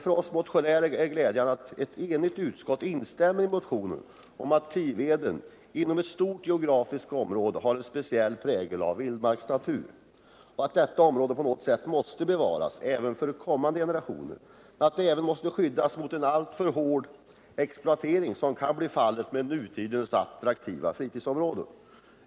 För oss motionärer är det glädjande att ett enigt utskott instämmer i att Tiveden inom ett stort geografiskt område har en speciell prägel av vildmark och att detta område på något sätt måste bevaras även för kommande generationer och skyddas mot den alltför hårda exploatering som kan drabba nutidens attraktiva fritidsområden.